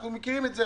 אנחנו מכירים את זה.